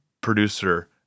producer